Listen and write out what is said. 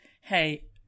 hey